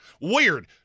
Weird